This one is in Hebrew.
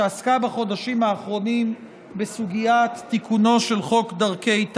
שעסקה בחודשים האחרונים בסוגיית תיקונו של חוק דרכי תעמולה.